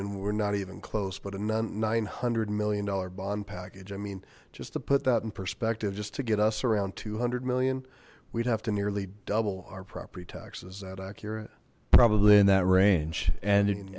then we're not even close but an on nine hundred million dollar bond package i mean just to put that in perspective just to get us around two hundred million we'd have to nearly double our property taxes that accurate probably in that range and and